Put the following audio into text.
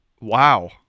Wow